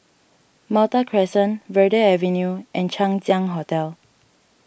Malta Crescent Verde Avenue and Chang Ziang Hotel